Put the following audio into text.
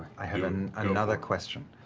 i have um another question.